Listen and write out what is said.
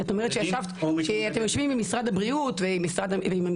כי את אומרת שאתם יושבים עם משרד הבריאות ועם המשטרה.